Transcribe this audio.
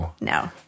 No